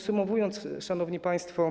Szanowni Państwo!